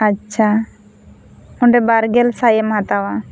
ᱟᱪᱪᱷᱟ ᱚᱸᱰᱮ ᱵᱟᱨ ᱜᱮᱞ ᱥᱟᱭ ᱮᱢ ᱦᱟᱛᱟᱣᱟ